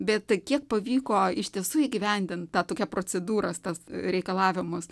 bet tai kiek pavyko iš tiesų įgyvendint tą tokią procedūros tos reikalavimus